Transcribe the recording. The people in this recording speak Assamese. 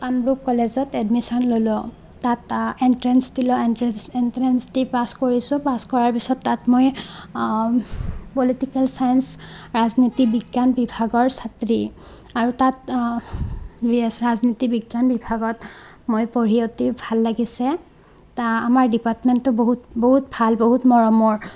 কামৰূপ কলেজত এডমিশ্যন ল'লোঁ তাত এনট্ৰেঞ্চ দিলোঁ এনট্ৰেঞ্চ দি পাছ কৰিছোঁ পাছ কৰাৰ পিছত তাত মই পলিটিকেল ছায়েঞ্চ ৰাজনীতি বিজ্ঞান বিভাগৰ ছাত্ৰী আৰু তাত ৰাজনীতি বিজ্ঞান বিভাগত মই পঢ়ি অতি ভাল লাগিছে তাৰ আমাৰ ডিপাৰ্টমেণ্টটো বহুত বহুত ভাল বহুত মৰমৰ